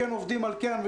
עובדים על קרן,